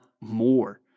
more